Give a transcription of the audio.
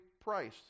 price